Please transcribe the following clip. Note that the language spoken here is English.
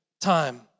time